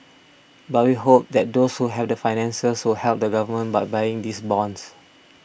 but we hope that those who have the finances will help the Government by buying these bonds